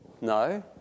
No